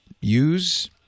use